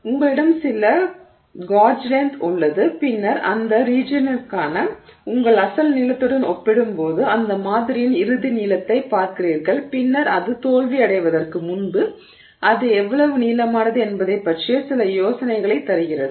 எனவே உங்களிடம் சில காஜ் லெந்த் உள்ளது பின்னர் அந்த ரீஜியனிற்கான உங்கள் அசல் நீளத்துடன் ஒப்பிடும்போது அந்த மாதிரியின் இறுதி நீளத்தைப் பார்க்கிறீர்கள் பின்னர் அது தோல்வியடைவதற்கு முன்பு அது எவ்வளவு நீளமானது என்பதைப் பற்றிய சில யோசனைகளைத் தருகிறது